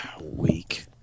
Weak